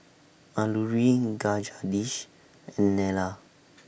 Alluri Dish and Neila